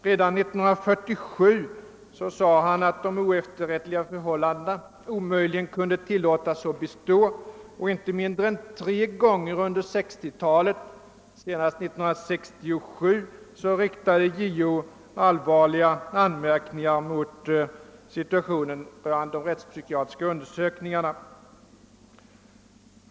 Redan 1947 uttalade han att de oefterrättliga förhållandena omöjligen kunde tillåtas bestå, och inte mindre än tre gånger under 1960-talet — senast 1967 — har JO riktat allvarliga anmärkningar mot situationen beträffande de rättspsykiatriska undersökningarna.